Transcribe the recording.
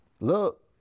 Look